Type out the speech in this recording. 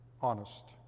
honest